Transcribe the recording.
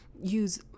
use